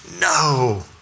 no